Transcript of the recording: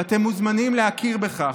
ואתם מוזמנים להכיר בכך.